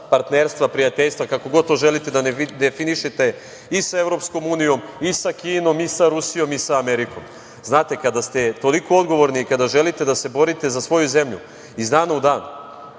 partnerstva, prijateljstva, kako god to želite da definišete, i sa EU, i sa Kinom, i sa Rusijom, i sa Amerikom. Znate, kada ste toliko odgovorni i kada želite da se borite za svoju zemlju iz dana u dan,